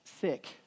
sick